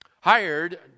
hired